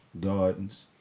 Gardens